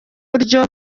buryo